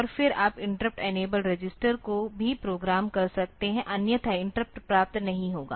और फिर आप इंटरप्ट इनेबल्ड रजिस्टर को भी प्रोग्राम कर सकते हैं अन्यथा इंटरप्ट प्राप्त नहीं होगा